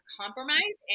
compromise